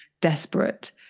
desperate